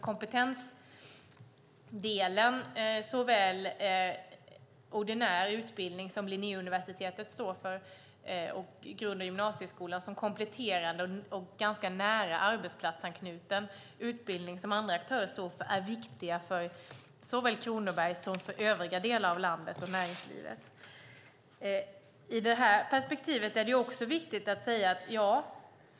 Kompetensdelen, bestående av såväl ordinär utbildning, vilken Linnéuniversitetet samt grund och gymnasieskolan står för, som kompletterande och ganska nära arbetsplatsanknuten utbildning, vilken andra aktörer står för, är viktig för såväl Kronoberg som övriga delar av landet, inte minst för näringslivet.